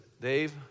Dave